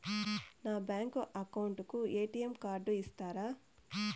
నా bank account కు ATM card ఇస్తారా